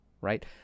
right